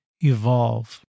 evolve